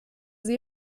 sie